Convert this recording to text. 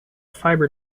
fiber